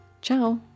Ciao